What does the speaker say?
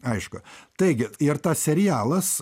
aišku taigi ir tas serialas